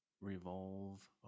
Revolve